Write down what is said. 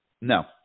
No